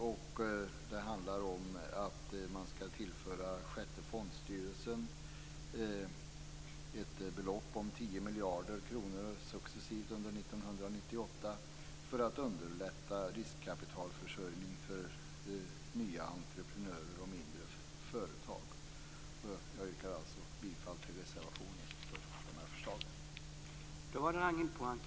Det handlar om att successivt under 1998 tillföra sjätte fondstyrelsen ett belopp om 10 miljarder kronor för att underlätta riskkapitalförsörjning för nya entreprenörer och mindre företag. Jag yrkar bifall till reservation nr 1.